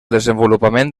desenvolupament